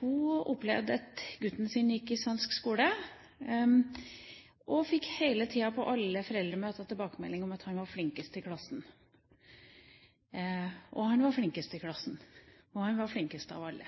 Hun opplevde at da gutten hennes gikk i svensk skole, fikk hun hele tida, på alle foreldremøter, tilbakemelding om at han var flinkest i klassen. Han var flinkest i klassen, han var flinkest av alle.